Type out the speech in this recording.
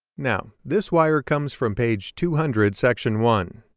now this wire comes from page two hundred section one.